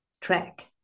track